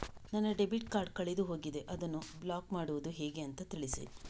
ನನ್ನ debit card ಕಳೆದು ಹೋಗಿದೆ, ಅದನ್ನು ಬ್ಲಾಕ್ ಮಾಡುವುದು ಹೇಗೆ ಅಂತ ತಿಳಿಸಿ?